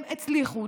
הם הצליחו,